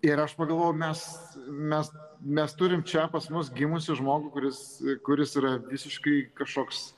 ir aš pagalvojau mes mes mes turim čia pas mus gimusį žmogų kuris kuris yra visiškai kažkoks